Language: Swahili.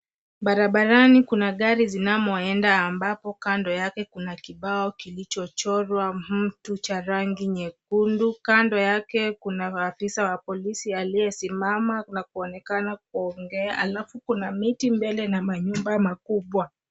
Barabarani kuna gari zinamoenda ambapo kando yake kuna kibao kilichochorwa mtu cha rangi nyekundu. Kando yake kuna afisa wa polisi aliyesimama na kuonekana kuongea, alafu kuna miti mbele na manyumba makubwa.